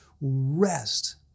rest